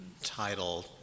title